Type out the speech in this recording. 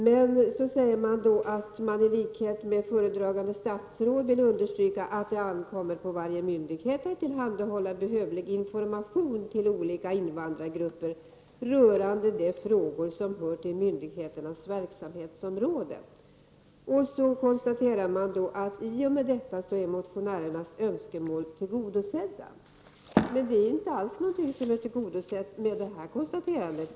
Vidare säger man att utskottet i likhet med föredragande statsråd vill ”understryka att det ankommer på varje myndighet att tillhandahålla behövlig information till olika invandrargrupper rörande de frågor som hör till myndighetens verksamhetsområde”. I och med detta konstaterar man att motionärernas önskemål är tillgodosedda. Men det är inte alls någonting som är tillgodosett med det här konstaterandet.